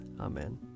Amen